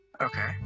okay